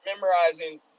memorizing